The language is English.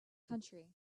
country